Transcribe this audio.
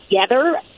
together